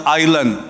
island